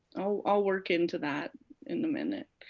i'll work into that in a minute.